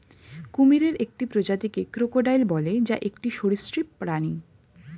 কুমিরের একটি প্রজাতিকে ক্রোকোডাইল বলে, যা একটি সরীসৃপ প্রাণী